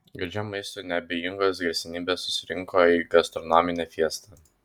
gardžiam maistui neabejingos garsenybės susirinko į gastronominę fiestą